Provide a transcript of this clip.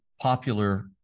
popular